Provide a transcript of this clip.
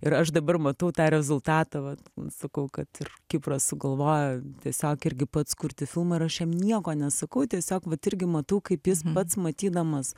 ir aš dabar matau tą rezultatą vat sakau kad ir kipras sugalvojo tiesiog irgi pats kurti filmą ir aš jam nieko nesakau tiesiog vat irgi matau kaip jis pats matydamas